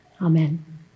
Amen